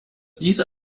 dies